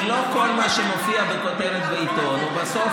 ולא כל מה שמופיע בכותרת בעיתון הוא בסוף